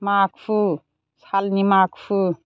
माखु सालनि माखु